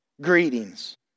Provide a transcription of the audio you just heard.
Greetings